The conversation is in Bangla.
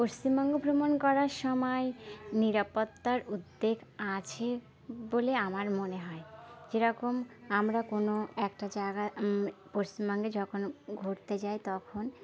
পশ্চিমবঙ্গে ভ্রমণ করার সময় নিরাপত্তার উদ্বেগ আছে বলে আমার মনে হয় যেরকম আমরা কোনো একটা জায়গা পশ্চিমবঙ্গে যখন ঘুরতে যাই তখন